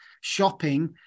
shopping